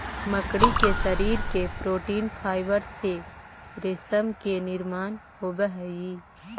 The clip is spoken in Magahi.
मकड़ी के शरीर के प्रोटीन फाइवर से रेशम के निर्माण होवऽ हई